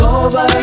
over